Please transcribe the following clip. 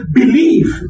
believe